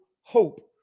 hope